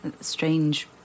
strange